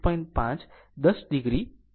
5 10 o જશે